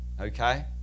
Okay